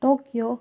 Tokyo